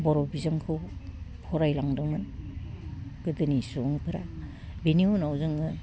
बर' बिजोंखौ फरायलांदोंमोन गोदोनि सुबुंफ्रा बिनि उनाव जोङो